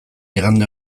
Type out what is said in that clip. igande